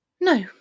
No